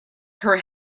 her